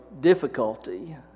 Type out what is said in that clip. difficulty